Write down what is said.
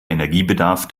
energiebedarf